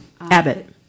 Abbott